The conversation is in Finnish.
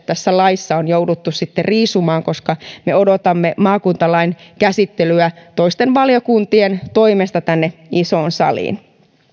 tässä laissa on jouduttu riisumaan koska me odotamme maakuntalain käsittelyä toisten valiokuntien toimesta tänne isoon saliin